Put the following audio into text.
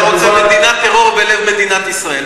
אתה רוצה מדינת טרור בלב מדינת ישראל.